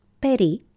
Peri